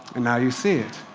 and now you see it.